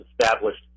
established